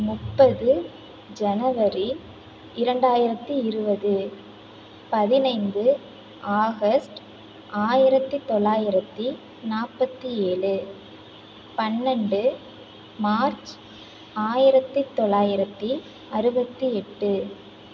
முப்பது ஜனவரி இரண்டாயிரத்தி இருவது பதினைந்து ஆகஸ்ட் ஆயிரத்தி தொள்ளாயிரத்தி நாற்பத்தி ஏழு பன்னெண்டு மார்ச் ஆயிரத்தி தொள்ளாயிரத்தி அறுபத்தி எட்டு